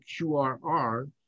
QRR